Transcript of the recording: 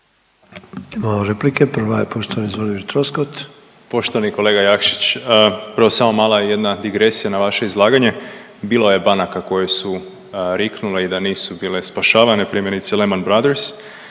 Imamo replika, prva je poštovani Zvonimir Troskot. **Troskot, Zvonimir (MOST)** Poštovani kolega Jakšić. Prvo samo jedna mala digresija na vaše izlaganje. Bilo je banaka koje su riknule i da nisu bile spašavane, primjerice Lehman Brothers,